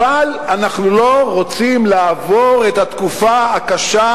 אבל אנחנו לא רוצים לעבור את התקופה הקשה,